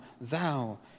thou